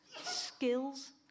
skills